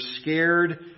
scared